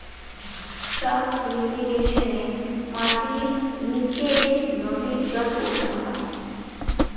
sub ইর্রিগেশনে মাটির নীচে নদী জল পৌঁছানো হয়